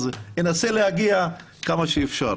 אז אנסה להגיע כמה שאפשר.